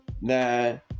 nine